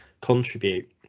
contribute